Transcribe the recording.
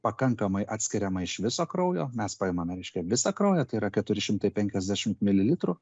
pakankamai atskiriama iš viso kraujo mes paimame reiškia visą kraują tai yra keturi šimtai penkiasdešim mililitrų